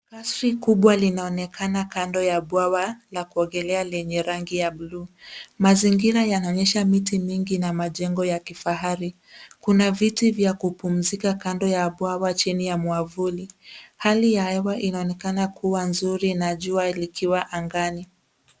Rasfi kubwa linaonekana kando ya bwawa la kuogelea lenye rangi ya buluu. Mazingira yaonyesha miti mingi na majengo ya kifahari. Kuna viti vya kupumzika kando ya bwawa chini ya mwavuli. Hali ya hewa inaonekana kuwa nzuri na jua likiwa angani.